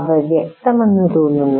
അവ വ്യക്തമാണെന്ന് തോന്നുന്നു